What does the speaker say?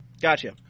Gotcha